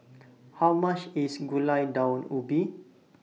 How much IS Gulai Daun Ubi